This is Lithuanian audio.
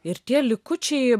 ir tie likučiai